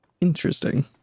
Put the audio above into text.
interesting